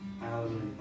Hallelujah